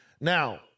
Now